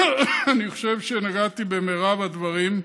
אני חושב שנגעתי ברוב הדברים,